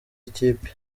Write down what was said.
ikipe